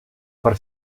per